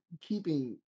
keeping